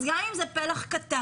אז גם אם זה פלח קטן,